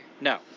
No